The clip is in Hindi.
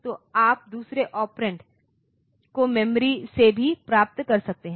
तो आप दूसरे ऑपरेंड को मेमोरी से भी प्राप्त कर सकते हैं